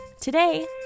Today